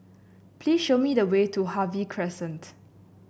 please show me the way to Harvey Crescent